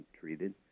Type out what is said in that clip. treated